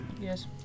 Yes